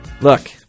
Look